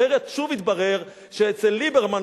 אחרת שוב יתברר שאצל ליברמן,